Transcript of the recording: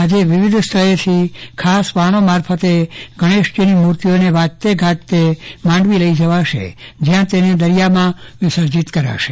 આજે વિવિધ સ્થળેથી મોટા વાહનો મારફતે ગણેશજીની મૂર્તિઓને વાજતે ગાજતે માંડવી લઈ જવાશે જયાં તેનેદરિયામાં વિસર્જન કરાશે